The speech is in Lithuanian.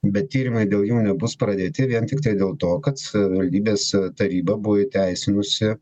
bet tyrimai dėl jų nebus pradėti vien tiktai dėl to kad savivaldybės taryba buvo įteisinusi